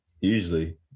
usually